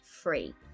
free